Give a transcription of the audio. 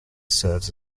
serves